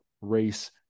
race